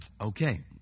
Okay